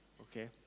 Okay